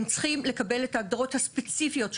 הם צריכים לקבל את ההגדרות הספציפיות שלהם.